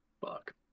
Fuck